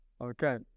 Okay